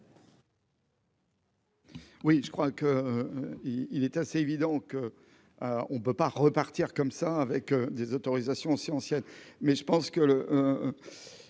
Oui, je crois que il est assez évident qu'on ne peut pas repartir comme ça avec des autorisations aussi ancienne